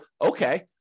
okay